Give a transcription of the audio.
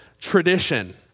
tradition